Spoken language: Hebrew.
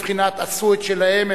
בבחינת עשו את שלהן,